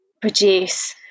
produce